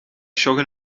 joggen